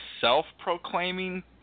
self-proclaiming